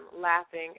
laughing